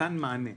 שנתן מענה.